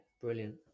brilliant